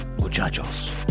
muchachos